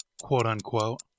quote-unquote